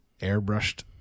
Airbrushed